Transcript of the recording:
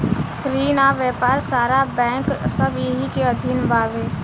रिन आ व्यापार सारा बैंक सब एही के अधीन बावे